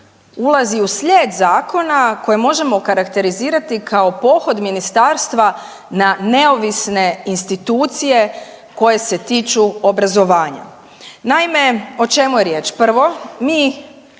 ulazi u slijed zakona koje možemo okarakterizirati kao pohod ministarstva na neovisne institucije koje se tiču obrazovanja. Naime, o čemu je riječ? Prvo, mi